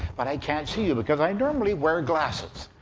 but i can't see you because i normally wear glasses.